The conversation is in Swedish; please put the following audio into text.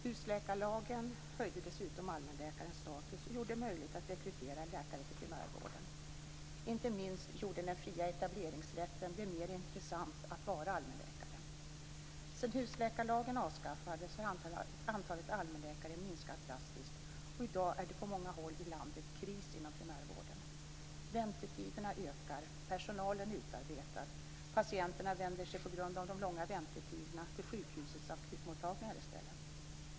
Husläkarlagen höjde dessutom allmänläkarnas status och gjorde det möjligt att rekrytera läkare till primärvården. Inte minst gjorde den fria etableringsrätten det mer intressant att vara allmänläkare. Sedan husläkarlagen avskaffades har antalet allmänläkare minskat drastiskt, och i dag är det på många håll i landet kris inom primärvården. Väntetiderna ökar, personalen är utarbetad och patienterna vänder sig på grund av de långa väntetiderna till sjukhusens akutmottagningar i stället.